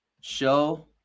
show